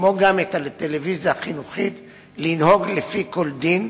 כמו גם את הטלוויזיה החינוכית, לנהוג לפי כל דין,